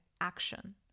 action